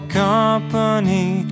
company